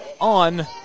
on